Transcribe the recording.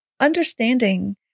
Understanding